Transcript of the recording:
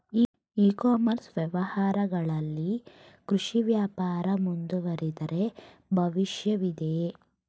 E commerce ವ್ಯವಹಾರಗಳಲ್ಲಿ ಕೃಷಿ ವ್ಯಾಪಾರ ಮುಂದುವರಿದರೆ ಭವಿಷ್ಯವಿದೆಯೇ?